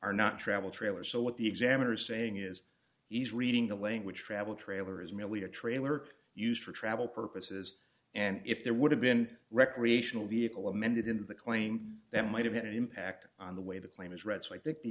are not travel trailers so what the examiner is saying is he's reading the language travel trailer is merely a trailer used for travel purposes and if there would have been recreational vehicle amended in the claim that might have had an impact on the way the claim is read so i think the